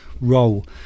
role